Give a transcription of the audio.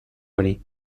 hori